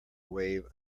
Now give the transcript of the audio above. wave